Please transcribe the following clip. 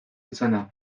izana